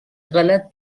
غلط